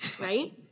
Right